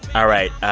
all right.